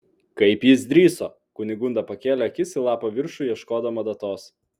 kaip jis drįso kunigunda pakėlė akis į lapo viršų ieškodama datos